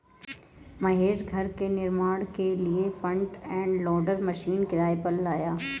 महेश घर के निर्माण के लिए फ्रंट एंड लोडर मशीन किराए पर लाया